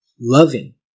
Loving